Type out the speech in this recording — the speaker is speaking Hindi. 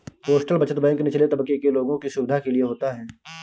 पोस्टल बचत बैंक निचले तबके के लोगों की सुविधा के लिए होता है